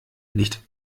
nicht